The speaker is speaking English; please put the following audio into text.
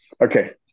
Okay